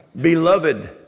Beloved